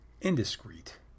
indiscreet